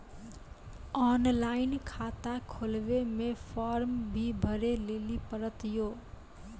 Online खाता खोलवे मे फोर्म भी भरे लेली पड़त यो?